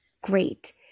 Great